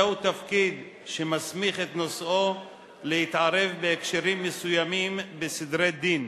זהו תפקיד שמסמיך את נושאו להתערב בהקשרים מסוימים בסדרי דין,